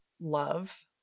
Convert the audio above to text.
love